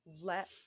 let